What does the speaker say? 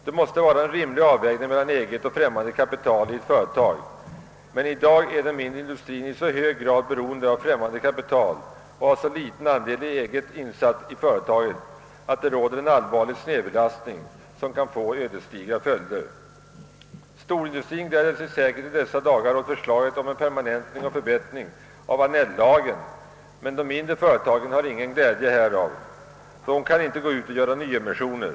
Det måste vara en rimlig avvägning mellan eget och främmande kapital i ett företag, men i dag är den mindre industrien i så hög grad beroende av främmande kapital och har en så liten andel eget kapital i företaget, att det råder en allvarlig snedbelastning som kan få ödesdigra följder. Storindustrien gläder sig säkert i dessa dagar åt förslaget om en permanentning och förbättring av Annell-lagen, men de mindre företagen har ingen glädje härav. De kan icke göra nyemissioner.